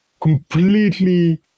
completely